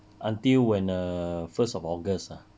until when err first of august ah